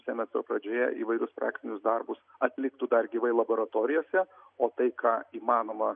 semestro pradžioje įvairius praktinius darbus atliktų dar gyvai laboratorijose o tai ką įmanoma